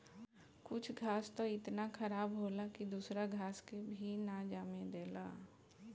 कुछ घास त इतना खराब होला की दूसरा घास के भी ना जामे देला